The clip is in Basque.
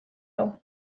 hau